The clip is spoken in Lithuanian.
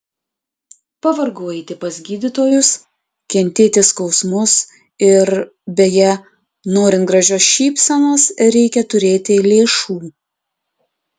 pavargau eiti pas gydytojus kentėti skausmus ir beje norint gražios šypsenos reikia turėti lėšų